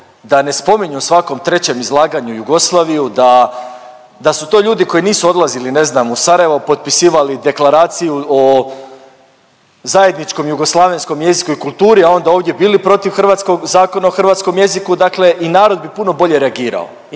da ne spominju u svakom trećem izlaganju Jugoslaviju, da, da su to ljudi koji nisu odlazili ne znam u Sarajevo, potpisivali Deklaraciju o zajedničkom jugoslavenskom jeziku i kulturi, a onda ovdje bili protiv hrvatskog Zakona o hrvatskom jeziku, dakle i narod bi puno bolje reagirao